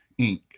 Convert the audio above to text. Inc